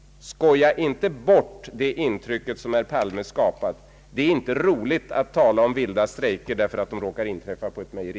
Skoja inte bort det intryck, som herr Palme skapat! Det är inte lustigt att tala om vilda strejker, bara därför att de möjligen råkat inträffa på ett mejeri!